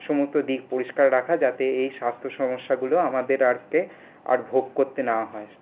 সমস্ত দিক পরিষ্কার রাখা যাতে এই স্বাস্থ্য সমস্যাগুলো আমাদের আর আর ভোগ করতে না হয়